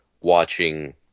watching